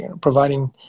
providing